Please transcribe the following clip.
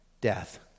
death